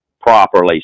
properly